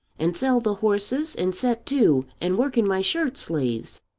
and sell the horses and set to and work in my shirt-sleeves.